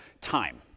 time